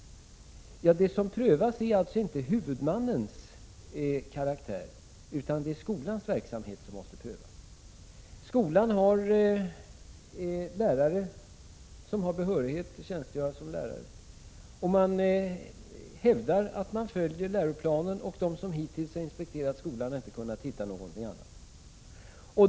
Det är alltså inte huvudmannens karaktär som prövas, utan det är skolans verksamhet. Skolans lärare har behörighet att tjänstgöra som lärare. Skolan hävdar att undervisningen följer läroplanen, och de som hittills har inspekterat skolan har inte kunnat finna någonting annat.